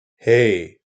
hey